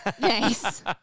Nice